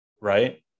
right